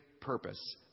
purpose